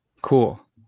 Cool